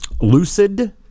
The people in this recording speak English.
lucid